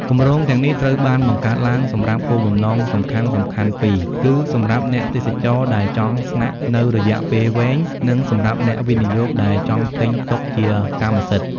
គម្រោងទាំងនេះត្រូវបានបង្កើតឡើងសម្រាប់គោលបំណងសំខាន់ៗពីរ គឺ សម្រាប់អ្នកទេសចរដែលចង់ស្នាក់នៅរយៈពេលវែង និងសម្រាប់អ្នកវិនិយោគដែលចង់ទិញទុកជាកម្មសិទ្ធិ។